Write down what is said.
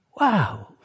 Wow